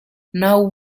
now